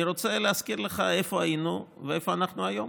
אני רוצה להזכיר לך איפה היינו ואיפה אנחנו היום.